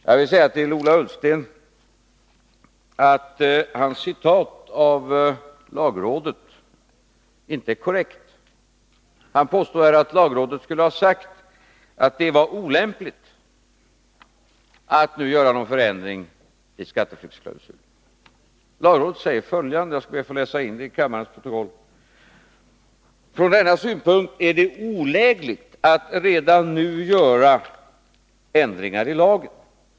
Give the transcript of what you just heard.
Jag vill säga till Ola Ullsten att hans citat av lagrådet inte är korrekt. Han påstod att lagrådet skulle ha sagt att det var olämpligt att nu göra någon förändring i skatteflyktsklausulen. Lagrådet säger följande: ”Från denna synpunkt är det olägligt att redan nu göra ändringar i lagen.